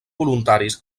voluntaris